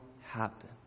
happen